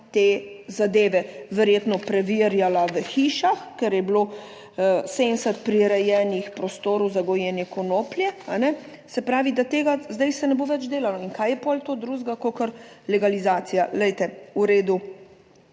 te zadeve verjetno preverjala v hišah, ker je bilo 70 prirejenih prostorov za gojenje konoplje. Se pravi, da tega zdaj se ne bo več delalo. In kaj je potem to drugega, kakor legalizacija?